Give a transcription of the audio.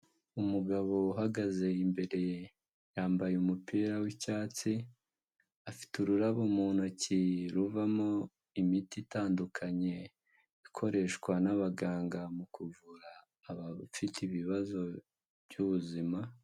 Umugabo uhagaze imbere yambaye umupira w'icyatsi, afite ururabo mu ntoki ruvamo imiti itandukanye ikoreshwa n'abaganga mu kuvura abafite ikibazo by'ubuzima.